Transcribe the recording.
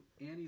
Annie